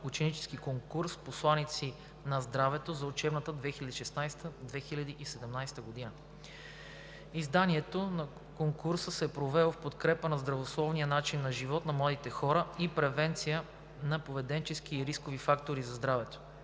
ученически конкурс „Посланици на здравето“ за учебната 2016/2017 г. Изданието на конкурса се е провело в подкрепа на здравословния начин на живот на младите хора и превенция на поведенчески и рискови фактори за здравето.